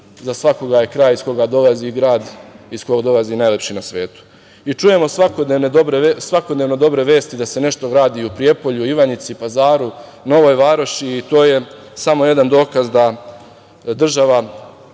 za svakoga je kraj iz koga dolazi i grad iz koga dolazi najlepši na svetu. Čujemo svakodnevno dobre vesti da se nešto lepo radi u Prijepolju, Ivanjici, Pazaru, Novoj Varoši. To je samo jedan dokaz da država